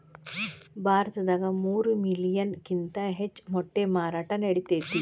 ಭಾರತದಾಗ ಮೂರ ಮಿಲಿಯನ್ ಕಿಂತ ಹೆಚ್ಚ ಮೊಟ್ಟಿ ಮಾರಾಟಾ ನಡಿತೆತಿ